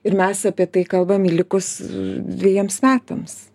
ir mes apie tai kalbam likus dvejiems metams